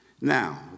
Now